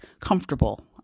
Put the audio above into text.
comfortable